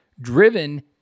Driven